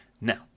now